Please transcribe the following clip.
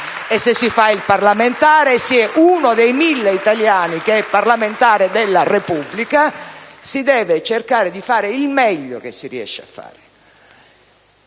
E se si fa il parlamentare, si è uno dei 1.000 italiani che sono parlamentari della Repubblica e si deve cercare di fare il meglio che si riesce a fare.